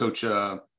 coach, –